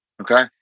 Okay